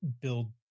build